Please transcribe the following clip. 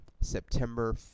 september